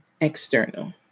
external